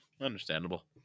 Understandable